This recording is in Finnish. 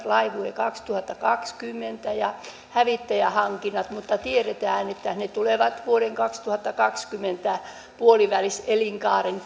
laivue kaksituhattakaksikymmentä ja hävittäjähankinnat mutta tiedetään että ne tulevat vuoden kaksituhattakaksikymmentä puolivälissä elinkaaren